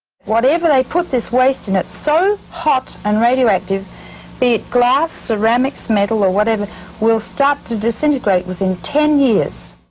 whatever they put this waste in, it's so hot and radioactive, be it glass, ceramics, metal or whatever will start to disintegrate within ten years.